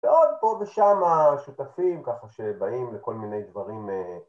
ועוד פה ושם השותפים, ככה שבאים לכל מיני דברים.